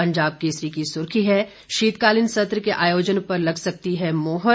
पंजाब केसरी की सुर्खी है शीतकालीन सत्र के आयोजन पर लग सकती है मोहर